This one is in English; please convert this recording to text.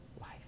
life